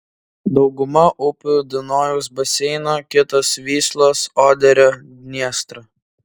dauguma upių dunojaus baseino kitos vyslos oderio dniestro